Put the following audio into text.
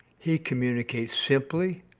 he communicates simply,